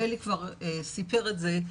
ואלי כבר סיפר את זה,